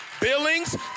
Billings